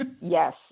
yes